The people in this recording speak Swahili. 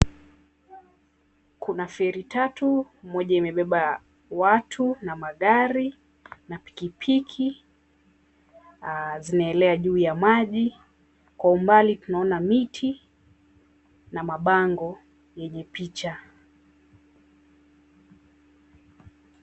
Kuna feri tatu. Moja imebeba watu na magari na pikipiki zinaelea juu ya maji. Kwa umbali tunaona miti na mabango yenye picha.